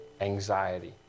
anxiety